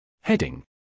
Heading